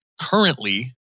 currently